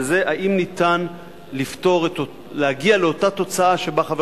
וזה האם ניתן להגיע לאותה תוצאה שבה חבר